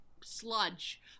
sludge